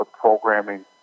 programming